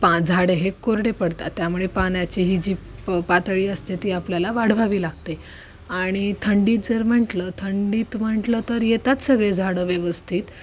पा झाडे हे कोरडे पडतात त्यामुळे पाण्याची ही जी प पातळी असते ती आपल्याला वाढवावी लागते आणि थंडीत जर म्हंटलं थंडीत म्हंटलं तर येतात सगळे झाडं व्यवस्थित